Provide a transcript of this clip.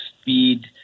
speed –